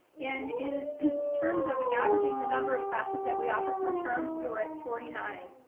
and in terms of averaging the number of classes that we offered per term, we were at forty nine.